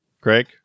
Greg